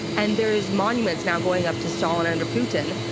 and there's monuments now going up to stalin under putin.